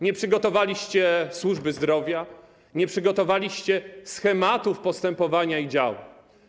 Nie przygotowaliście służby zdrowia, nie przygotowaliście schematów postępowania i działań.